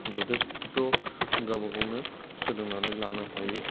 जथेस्थ' गावबा गावनो सोलोंनानै लानो हायो